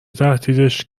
تهدیدش